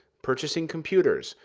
purchasing computers,